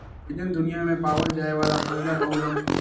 collagen दुनिया में पावल जाये वाला पहिला बहुलक ह